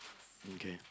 mm kay